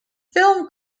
film